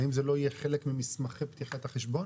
האם זה לא יהיה חלק ממסמכי פתיחת החשבון.